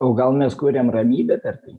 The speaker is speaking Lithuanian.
o gal mes kuriam ramybę per tai